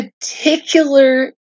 particular